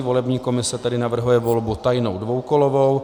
Volební komise tedy navrhuje volbu tajnou dvoukolovou.